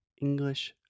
English